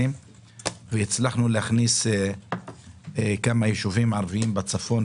והצלחנו להכניס כמה ישובים ערביים בצפון,